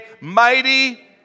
mighty